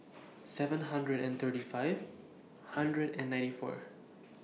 seven hundred and thirty five hundred and ninety four